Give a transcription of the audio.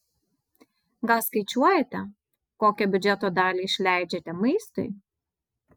gal skaičiuojate kokią biudžeto dalį išleidžiate maistui